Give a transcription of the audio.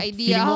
Idea